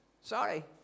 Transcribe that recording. sorry